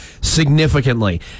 significantly